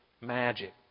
magic